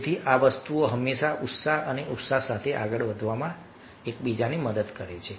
તેથી આ વસ્તુઓ હંમેશા ઉત્સાહ અને ઉત્સાહ સાથે આગળ વધવામાં એકબીજાને મદદ કરે છે